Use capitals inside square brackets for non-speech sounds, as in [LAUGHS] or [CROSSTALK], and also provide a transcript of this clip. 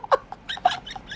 [LAUGHS]